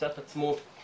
ימצא את עצמו מואשם